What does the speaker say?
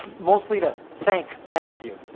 mostly to thank many of you.